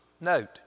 Note